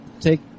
take